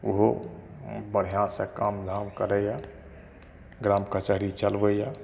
ओहो बढ़ियाँ सऽ काम धाम करैया ग्राम कचहरी चलबैया